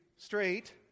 straight